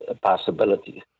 possibilities